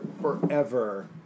forever